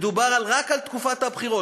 מדובר רק על תקופת הבחירות.